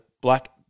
Black